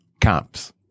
comps